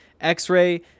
x-ray